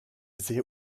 sehr